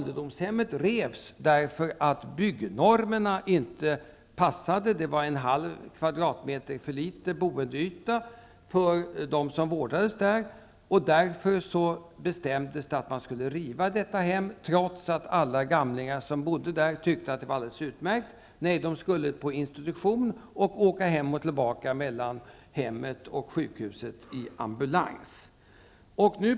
Det revs därför att byggnormerna inte passade. Det var en halv kvadratmeter för liten boendeyta för dem som vårdades där, och därför bestämdes det att man skulle riva detta hem, trots att alla gamlingar som bodde där tyckte att det var alldeles utmärkt. Nej, de skulle vara på institution och åka fram och tillbaka mellan hemmet och sjukhuset i ambulans.